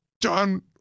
John